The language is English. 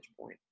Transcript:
point